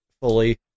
fully